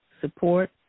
support